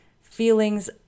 feelings